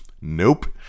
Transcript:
nope